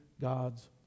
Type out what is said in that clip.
God's